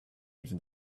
even